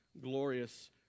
glorious